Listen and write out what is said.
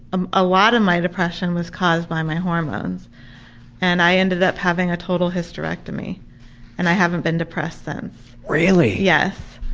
um a lot of my depression was caused by my hormones and i ended up having a total hysterectomy and i haven't been depressed since. really! yes.